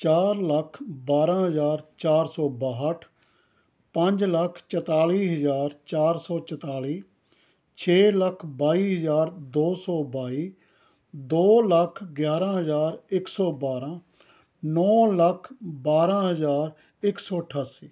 ਚਾਰ ਲੱਖ ਬਾਰ੍ਹਾਂ ਹਜ਼ਾਰ ਚਾਰ ਸੌ ਬਾਹਠ ਪੰਜ ਲੱਖ ਚੁਤਾਲ਼ੀ ਹਜ਼ਾਰ ਚਾਰ ਸੌ ਚੁਤਾਲ਼ੀ ਛੇ ਲੱਖ ਬਾਈ ਹਜ਼ਾਰ ਦੋ ਸੌ ਬਾਈ ਦੋ ਲੱਖ ਗਿਆਰ੍ਹਾਂ ਹਜ਼ਾਰ ਇੱਕ ਸੌ ਬਾਰ੍ਹਾਂ ਨੌ ਲੱਖ ਬਾਰ੍ਹਾਂ ਹਜ਼ਾਰ ਇੱਕ ਸੌ ਅਠਾਸੀ